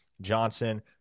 Johnson